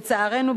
לצערנו,